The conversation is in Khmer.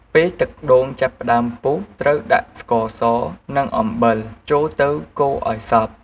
ពេលទឹកដូងចាប់ផ្ដើមពុះ ត្រូវដាក់ ស្ករស និង អំបិល ចូលទៅកូរឱ្យសព្វ។